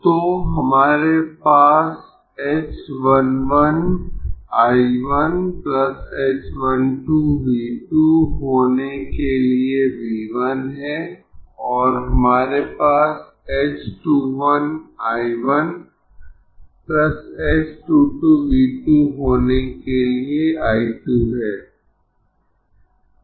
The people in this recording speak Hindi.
तो हमारे पास h 1 1 I 1 h 1 2 V 2 होने के लिए V 1 है और हमारे पास h 2 1 I 1 h 2 2 V 2 होने के लिए I 2 है